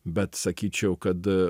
bet sakyčiau kad